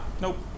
Nope